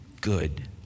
good